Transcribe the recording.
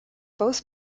both